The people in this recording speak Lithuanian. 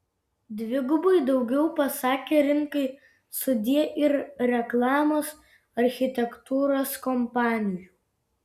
dvigubai daugiau pasakė rinkai sudie ir reklamos architektūros kompanijų